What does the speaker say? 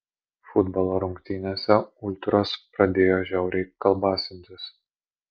futbolo rungtynėse ultros pradėjo žiauriai kalbasintis